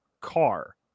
car